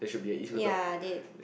ya they